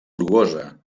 grogosa